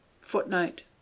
footnote